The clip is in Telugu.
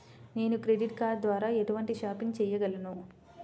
నేను క్రెడిట్ కార్డ్ ద్వార ఎటువంటి షాపింగ్ చెయ్యగలను?